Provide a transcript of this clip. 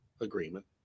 agreement